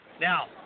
Now